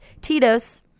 Tito's